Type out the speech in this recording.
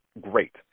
great